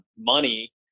money